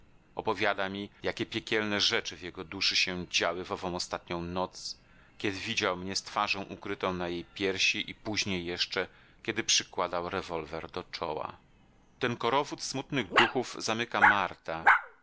opowiada mi jakie piekielne rzeczy w jego duszy się działy w ową ostatnią noc kiedy widział mnie z twarzą ukrytą na jej piersi i później jeszcze kiedy przykładał rewolwer do czoła ten korowód smutnych duchów zamyka marta